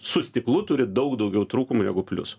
su stiklu turi daug daugiau trūkumų negu pliusų